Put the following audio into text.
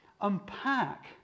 unpack